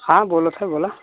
हा बोलत आहे बोला